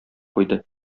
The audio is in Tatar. куйды